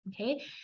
okay